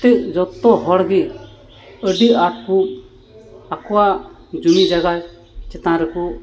ᱯᱨᱚᱛᱮᱠ ᱡᱚᱛᱚ ᱦᱚᱲ ᱜᱮ ᱟᱹᱰᱤ ᱟᱸᱴ ᱠᱚ ᱟᱠᱚᱣᱟᱜ ᱡᱚᱢᱤ ᱡᱟᱭᱜᱟ ᱪᱮᱛᱟᱱ ᱨᱮᱠᱚ